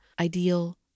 ideal